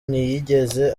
ntiyigeze